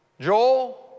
Joel